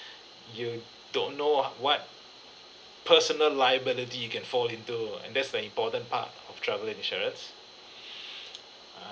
you don't know ah what personal liability you can fall into and that's the important part of travel insurance err